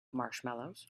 marshmallows